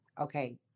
okay